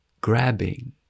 grabbing